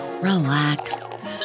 relax